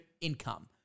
income